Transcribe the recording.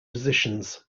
positions